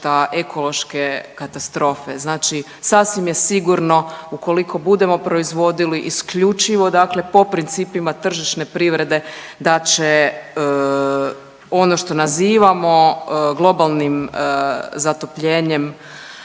ekološke katastrofe. Znači sasvim je sigurno ukoliko budemo proizvodili isključivo dakle po principima tržišne privrede da će ono što nazivamo globalnim zatopljenjem